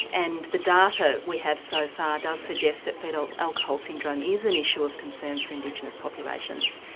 and the data we have so far does suggest that foetal alcohol syndrome is an issue of concern for indigenous populations,